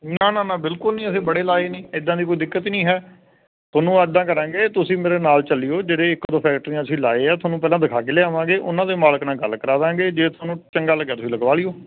ਨਾ ਨਾ ਨਾ ਬਿਲਕੁਲ ਨਹੀਂ ਅਸੀਂ ਬੜੇ ਲਾਏ ਨੇ ਇੱਦਾਂ ਦੀ ਕੋਈ ਦਿੱਕਤ ਨਹੀਂ ਹੈ ਤੁਹਾਨੂੰ ਇੱਦਾਂ ਕਰਾਂਗੇ ਤੁਸੀਂ ਮੇਰੇ ਨਾਲ ਚੱਲਿਓ ਜਿਹੜੇ ਇੱਕ ਦੋ ਫੈਕਟਰੀਆਂ ਅਸੀਂ ਲਾਏ ਹੈ ਪਹਿਲਾਂ ਤੁਹਾਨੂੰ ਪਹਿਲਾਂ ਦਿਖਾ ਕੇ ਲਿਆਵਾਂਗੇ ਉਨ੍ਹਾਂ ਦੇ ਮਾਲਕ ਨਾਲ ਗੱਲ ਕਰਾ ਦਾਂਗੇ ਜੇ ਤੁਹਾਨੂੰ ਚੰਗਾ ਲੱਗਿਆ ਤਾਂ ਤੁਸੀਂ ਲਗਵਾ ਲਿਓ